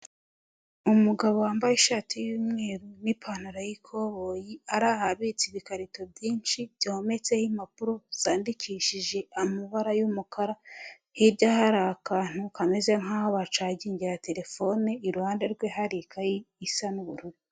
Umugabo wambaye ishati y'umweru n'ipantaro y'ikoboyi ari ahabitse ibikarito byinshi byometseho impapuro zandikishije amabara y'umukara, hirya hari akantu kameze nkaho'aho bacagingira terefone iruhande rwe hari ikayi isa n'ubururu.